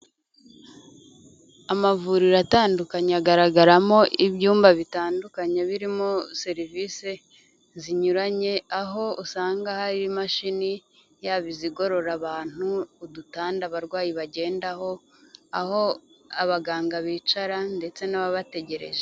Amavuriro atandukanye agaragaramo ibyumba bitandukanye birimo serivisi zinyuranye aho usanga hari imashini, yaba izigorora abantu udutanda abarwayi bagendaho, aho abaganga bicara ndetse n'ababategereje.